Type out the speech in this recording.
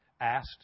asked